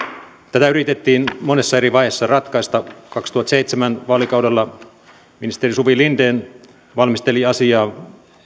tätä yritettiin monessa eri vaiheessa ratkaista kaksituhattaseitsemän alkaneella vaalikaudella ministeri suvi linden valmisteli asiaa